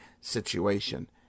situation